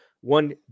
one